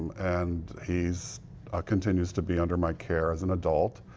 and he's ah continues to be under my care as an adult.